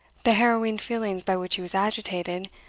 the harrowing feelings by which he was agitated,